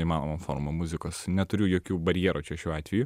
įmanomų formų muzikos neturiu jokių barjerų čia šiuo atveju